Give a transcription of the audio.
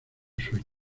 sueño